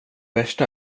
värsta